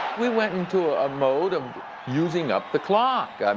we went into a mode of using up the clock.